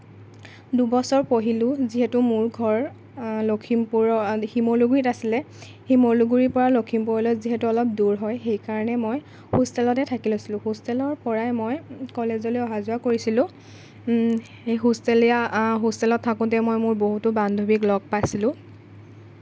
দুবছৰ পঢ়িলোঁ যিহেতু মোৰ ঘৰ লখিমপুৰত শিমলুগুৰিত আছিলে শিমলুগুৰিৰ পৰা লখিমপুৰলৈ যিহেতু অলপ দূৰ হয় সেইকাৰণে মই হোষ্টেলতে থাকি লৈছিলোঁ হোষ্টেলৰ পৰাই মই কলেজলৈ অহা যোৱা কৰিছিলোঁ হোষ্টেলীয়া হোষ্টেলত থাকোঁতেই মই মোৰ বহুতো বান্ধৱীক লগ পাইছিলোঁ